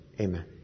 Amen